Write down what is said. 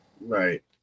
Right